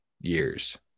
years